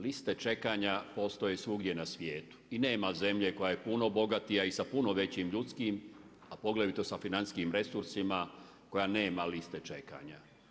Liste čekanja postoje svugdje na svijetu i nema zemlje koja je puno bogatija i sa puno većim ljudskim, a poglavito sa financijskim resursima koja nema liste čekanja.